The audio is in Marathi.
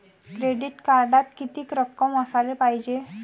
क्रेडिट कार्डात कितीक रक्कम असाले पायजे?